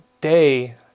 day